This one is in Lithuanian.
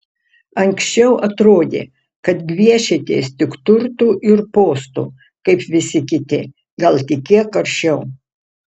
anksčiau atrodė kad gviešiatės tik turtų ir postų kaip visi kiti gal tik kiek aršiau